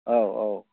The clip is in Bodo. औ औ